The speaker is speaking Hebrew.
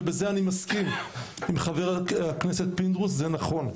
בזה אני מסכים עם חבר הכנסת פינדרוס, זה נכון.